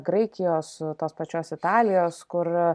graikijos tos pačios italijos kur